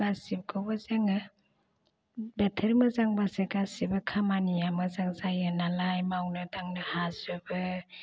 गासिबखौबो जोङो बोथोर मोजांबासो गासिबो खामानिया मोजां जायो नालाय मावनो दांनो हाजोबो